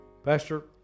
Pastor